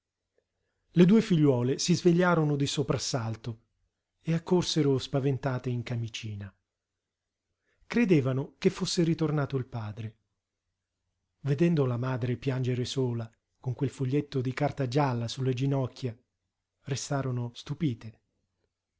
le due figliuole si svegliarono di soprassalto e accorsero spaventate in camicina credevano che fosse ritornato il padre vedendo la madre piangere sola con quel foglietto di carta gialla sulle ginocchia restarono stupite